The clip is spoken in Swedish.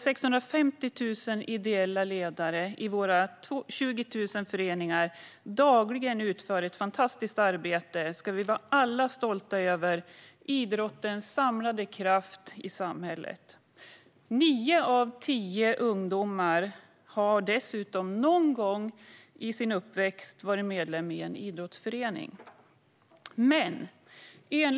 650 000 ideella ledare i våra 20 000 föreningar utför dagligen ett fantastiskt arbete. Vi ska alla vara stolta över idrottens samlade kraft i samhället. Nio av tio ungdomar har dessutom någon gång under uppväxten varit medlem i en idrottsförening.